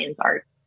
art